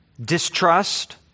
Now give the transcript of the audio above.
distrust